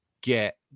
get